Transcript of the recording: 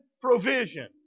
provision